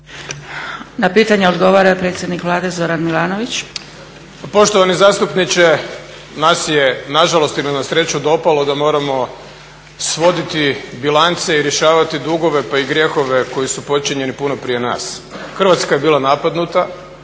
Na pitanja odgovara predsjednik Vlade Zoran Milanović.